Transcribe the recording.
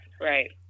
Right